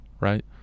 right